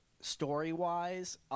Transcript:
Story-wise